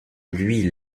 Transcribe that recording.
lui